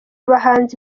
bahanzi